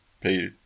pay